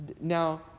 now